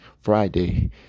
Friday